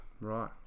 Right